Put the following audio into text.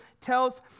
tells